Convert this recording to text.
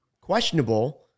questionable